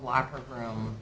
locker room